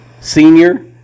senior